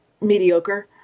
mediocre